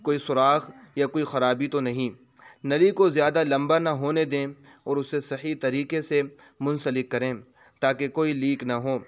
کوئی سراخ یا کوئی خرابی تو نہیں نلی کو زیادہ لمبا نہ ہونے دیں اور اسے صحیح طریقے سے منسلک کریں تاکہ کوئی لیک نہ ہو